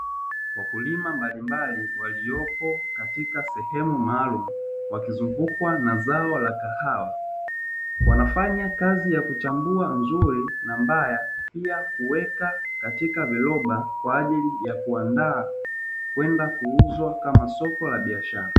Wakulima mbalimbali waliopo katika sehemu maalumu wakizungukwa na zao la kahawa wanafanya kazi ya kuchambua nzuri na mbaya pia kuweka katika viroba kwa ajili ya kuandaa kwenda kuuzwa kama soko la biashara.